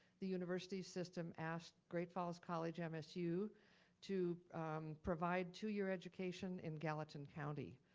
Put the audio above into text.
the university system asked great falls college msu to provide two-year education in gallatin county,